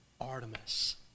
Artemis